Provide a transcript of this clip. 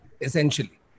essentially